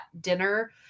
dinner